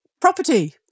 property